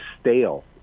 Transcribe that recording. stale